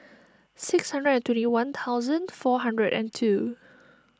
six hundred and twenty one thousand four hundred and two